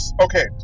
Okay